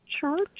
church